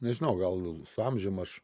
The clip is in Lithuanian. nežinau gal su amžium aš